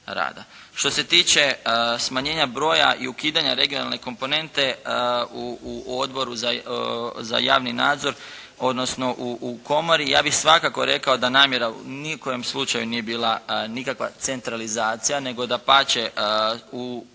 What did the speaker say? Što se tiče smanjenja broja i ukidanje regionalne komponente u Odboru za javni nadzor, odnosno u komori, ja bih svakako rekao da namjera ni u kojem slučaju nije bila nikakva centralizacija, nego dapače u